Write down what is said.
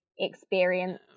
experience